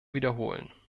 wiederholen